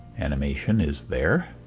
animation is there.